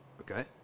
okay